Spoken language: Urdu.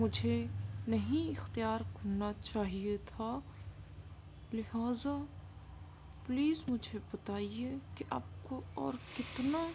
مجھے نہیں اختیار کرنا چاہیے تھا لہٰذا پلیز مجھے بتائیے کہ آپ کو اور کتنا